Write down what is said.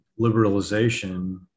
liberalization